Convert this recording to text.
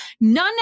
None